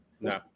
no